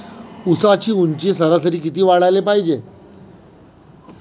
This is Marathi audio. ऊसाची ऊंची सरासरी किती वाढाले पायजे?